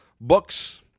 books